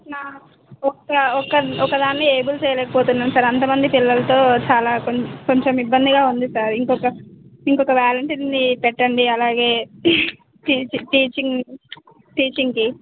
నా ఒక్క ఒక్క ఒకదాన్నే ఏబుల్ చేయలేకపోతున్నాను సార్ అంతమంది పిల్లలతో చాలా కొంచెం ఇబ్బందిగా ఉంది సార్ ఇంకొక ఇంకొక వాలంటీర్ని పెట్టండి అలాగే టీచింగ్ టీచింగ్ టీచింగ్కి